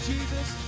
Jesus